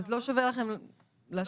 אז לא שווה לכם להשקיע בו?